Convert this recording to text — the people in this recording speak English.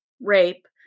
rape